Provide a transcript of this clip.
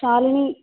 शालिनी